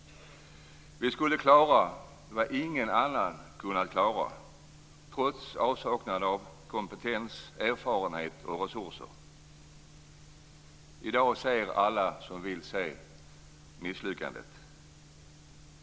Vi skulle klara det som ingen annan hade kunnat klara trots avsaknad av kompetens, erfarenhet och resurser. I dag ser alla, som vill se det, misslyckandet.